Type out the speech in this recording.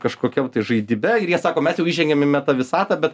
kažkokiam tai žaidime ir jie sako mes jau įžengėm į meta visatą bet